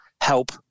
help